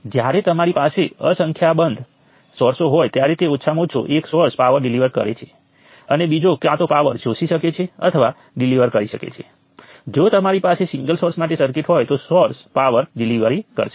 તેથી N 1 KCL equations છે હું આશા રાખું છું કે તે ખાતરીપૂર્વક છે